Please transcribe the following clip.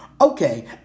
okay